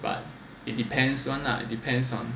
but it depends [one] lah depends on